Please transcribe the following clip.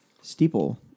steeple